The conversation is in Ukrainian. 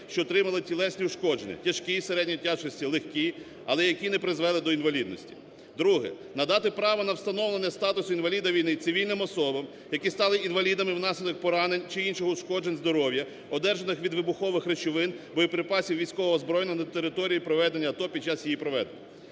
що отримали тілесні ушкодження, тяжкі, середньої тяжкості, легкі, але як не призвели до інвалідності. Друге, надати право на встановлення статусу інваліда війни цивільним особам, які стали інвалідами внаслідок поранень чи інших ушкоджень здоров'я, одержаних від вибухових речовин, боєприпасів, військового озброєння на території проведення АТО під час її проведення.